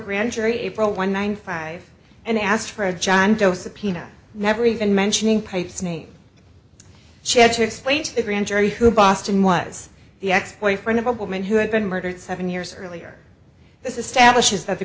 grand jury april one thousand five and asked for a john doe subpoena never even mentioning pipe's name she had to explain to the grand jury who boston was the ex boyfriend of a woman who had been murdered seven years earlier this establishes that the